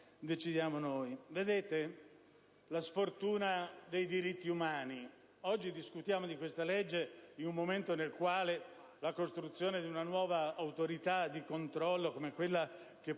decidiamo noi. Osservate invece la sfortuna dei diritti umani: discutiamo di questa legge oggi, in un momento nel quale la costruzione di una nuova Autorità di controllo, come quella che